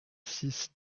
six